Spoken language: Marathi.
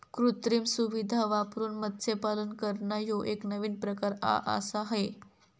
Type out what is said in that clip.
कृत्रिम सुविधां वापरून मत्स्यपालन करना ह्यो एक नवीन प्रकार आआसा हे